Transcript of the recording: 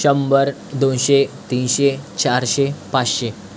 शंभर दोनशे तीनशे चारशे पाचशे